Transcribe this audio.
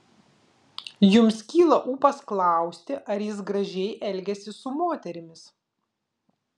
jums kyla ūpas klausti ar jis gražiai elgiasi su moterimis